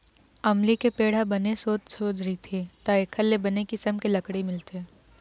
अमली के पेड़ ह बने सोझ सोझ रहिथे त एखर ले बने किसम के लकड़ी मिलथे